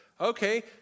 okay